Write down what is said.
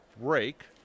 break